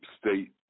state